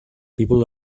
people